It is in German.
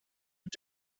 mit